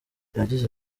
yagize